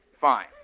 Fine